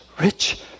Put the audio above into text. rich